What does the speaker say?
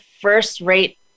first-rate